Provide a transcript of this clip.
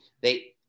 they-